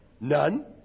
None